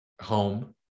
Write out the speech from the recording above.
home